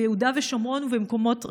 ביהודה ושומרון ובמקומות רבים.